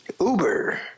Uber